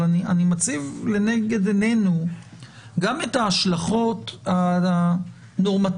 אבל אני מציב לנגד עינינו גם את ההשלכות הנורמטיביות,